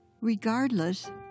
regardless